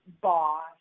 boss